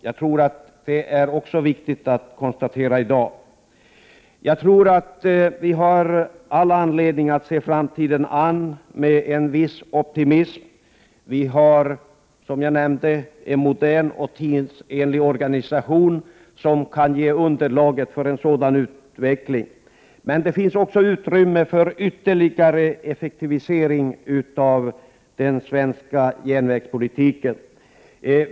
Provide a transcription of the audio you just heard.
Jag tror att det i dag är viktigt att konstatera detta. Dessutom tror jag att vi har all anledning att se framtiden Prot. 1988/89:106 an med en viss optimism. Vi har, som jag nämnde, en modern och tidsenlig organisation som skulle kunna utgöra ett underlag för en sådan utveckling. Men det finns också utrymme för en ytterligare effektivisering av den svenska järnvägspolitiken.